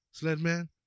Sledman